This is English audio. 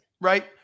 Right